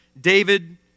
David